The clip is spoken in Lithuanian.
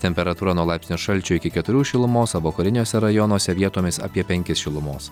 temperatūra nuo laipsnio šalčio iki keturių šilumos vokariniuose rajonuose vietomis apie penkis šilumos